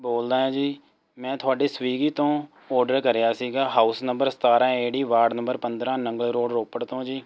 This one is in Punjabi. ਬੋਲਦਾਂ ਆ ਜੀ ਮੈਂ ਤੁਹਾਡੇ ਸਵੀਗੀ ਤੋਂ ਓਡਰ ਕਰਿਆ ਸੀਗਾ ਹਾਊਸ ਨੰਬਰ ਸਤਾਰ੍ਹਾਂ ਏਡੀ ਵਾਰਡ ਨੰਬਰ ਪੰਦਰਾਂ ਨੰਗਲ ਰੋਡ ਰੋਪੜ ਤੋਂ ਜੀ